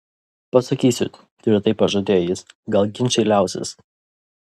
pasakysiu tvirtai pažadėjo jis gal ginčai liausis